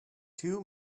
too